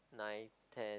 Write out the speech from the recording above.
nine ten